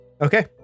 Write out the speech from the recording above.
Okay